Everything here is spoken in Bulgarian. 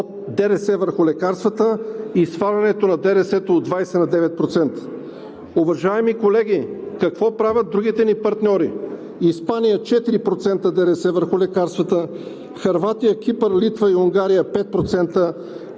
ДДС върху лекарствата и свалянето на ДДС от 20% на 9%. Уважаеми колеги, какво правят другите ни партньори? Испания – 4% ДДС върху лекарствата; Хърватия, Кипър, Литва и Унгария – 5%,